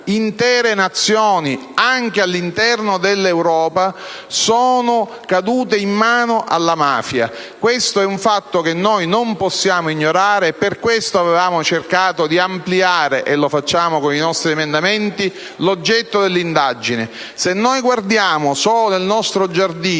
Intere Nazioni, anche all'interno dell'Europa, sono cadute in mano alla mafia. Questo è un fatto che noi non possiamo ignorare e per questo avevamo cercato di ampliare - e lo facciamo con i nostri emendamenti - l'oggetto dell'attività di indagine della Commissione.